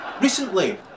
Recently